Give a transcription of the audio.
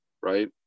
right